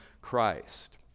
Christ